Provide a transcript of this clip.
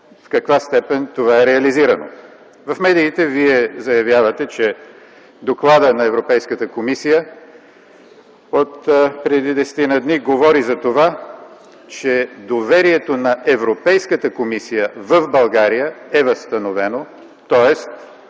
в каква степен това е реализирано. В медиите Вие заявявате, че Докладът на Европейската комисия отпреди десетина дни говори за това, че доверието на Европейската комисия в България е възстановено, тоест